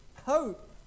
hope